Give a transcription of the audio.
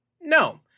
No